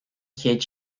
chéad